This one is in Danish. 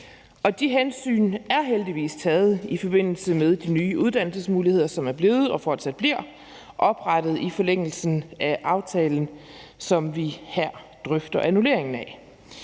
og de hensyn er heldigvis taget i forbindelse med de nye uddannelsesmuligheder, som er blevet og fortsat bliver oprettet i forlængelsen af aftalen, som vi her drøfter annulleringen af.